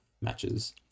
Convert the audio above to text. matches